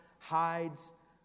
hides